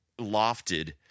lofted